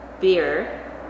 beer